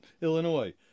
Illinois